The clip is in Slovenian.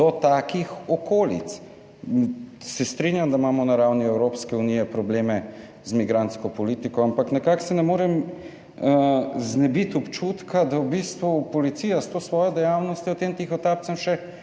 do takih okolic. Strinjam se, da imamo na ravni Evropske unije probleme z migrantsko politiko, ampak nekako se ne morem znebiti občutka, da v bistvu policija s to svojo dejavnostjo tem tihotapcem